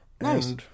Nice